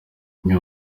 imwe